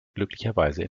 glücklicherweise